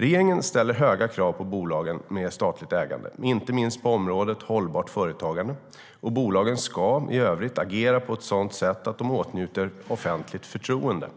Regeringen ställer höga krav på bolagen med statligt ägande, inte minst på området hållbart företagande, och bolagen ska i övrigt agera på ett sådant sätt att de åtnjuter offentligt förtroende.